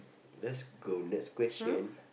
let's go next question